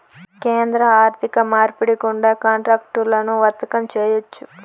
కేంద్ర ఆర్థిక మార్పిడి గుండా కాంట్రాక్టులను వర్తకం చేయొచ్చు